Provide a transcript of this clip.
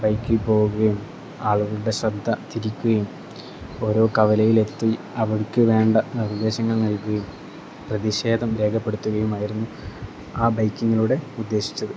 ബൈക്കിൽ പോവുകയും ആളുകളുടെ ശ്രദ്ധ തിരിക്കുകയും ഓരോ കവലയിൽ എത്തി അവർക്ക് വേണ്ട നിർദേശങ്ങൾ നൽകുകയും പ്രതിക്ഷേധം രേഖപ്പെടുത്തുകയുമായിരുന്നു ആ ബൈക്കിങ്ങിലൂടെ ഉദ്ദേശിച്ചത്